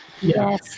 Yes